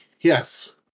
Yes